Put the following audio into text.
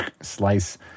slice